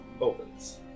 opens